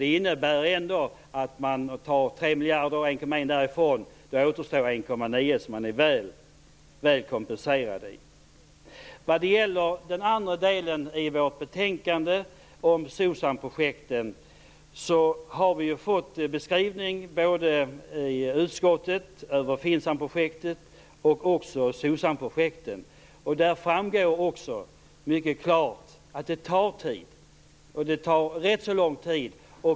Om vi tar 1,1 miljarder återstår 1,9 miljarder, så man är väl kompenserad. Den andra delen i vårt betänkande gäller SOCSAM-projekten. Vi har i utskottet fått beskrivningar både av FINSAM-projekten och SOCSAM projekten. Det framgår mycket klart att projekten tar rätt så lång tid.